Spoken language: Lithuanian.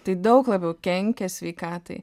tai daug labiau kenkia sveikatai